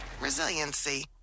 resiliency